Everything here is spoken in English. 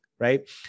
right